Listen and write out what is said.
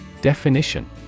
Definition